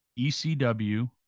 ECW